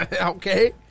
Okay